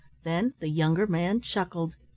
then the younger man chuckled.